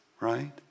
right